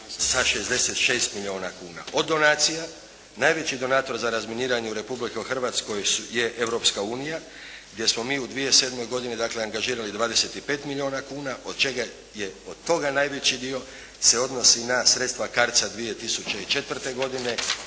sa 66 milijuna kuna. Od donacija najveći donator za razminiranje u Republici Hrvatskoj je Europska unija gdje smo mi u 2007. godini dakle angažirali 25 milijuna kuna od čega je od toga najveći dio se odnosi na sredstva CARDS-a 2004. godine